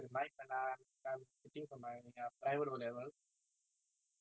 I don't get pressurised at all because I